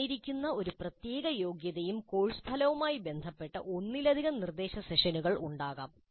തന്നിരിക്കുന്ന ഒരു പ്രത്യേക യോഗ്യതയും കോഴ്സ് ഫലവുമായി ബന്ധപ്പെട്ട് ഒന്നിലധികം നിർദ്ദേശ സെഷനുകൾ ഉണ്ടാകാം